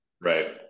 Right